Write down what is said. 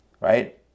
right